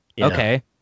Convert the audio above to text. Okay